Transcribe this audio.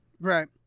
Right